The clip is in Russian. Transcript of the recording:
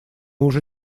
уже